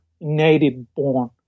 native-born